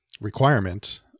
requirement